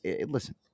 listen